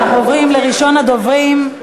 אנחנו עוברים לראשון הדוברים.